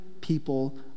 people